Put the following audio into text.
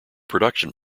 production